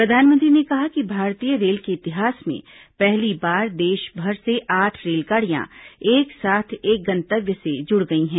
प्रधानमंत्री ने कहा कि भारतीय रेल के इतिहास में पहली बार देशभर से आठ रेलगाड़ियां एक साथ एक गन्तव्य से जुड़ गई हैं